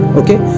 okay